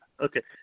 okay